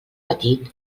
petit